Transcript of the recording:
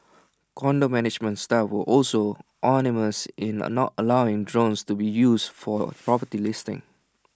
condo management staff were also unanimous in A not allowing drones to be used for property listings